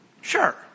sure